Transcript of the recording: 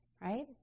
right